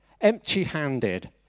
Empty-handed